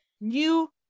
new